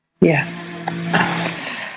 Yes